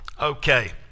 Okay